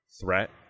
threat